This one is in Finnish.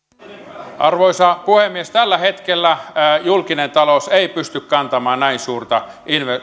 arvoisa puhemies tällä hetkellä julkinen talous ei pysty kantamaan näin suurta